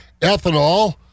ethanol